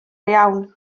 iawn